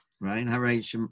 right